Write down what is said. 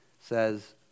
says